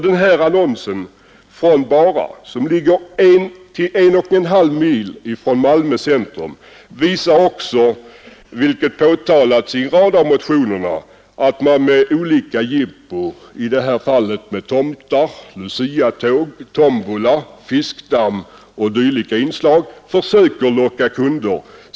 Den här annonsen från Bara, som ligger 1 å 1,5 mil från Malmö centrum, visar också något som påtalats i en rad av motionerna, nämligen att man med olika jippon — i det här fallet med tomtar, Luciatåg, tombola, fiskdamm o.d. — försöker locka kunder.